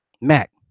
Mac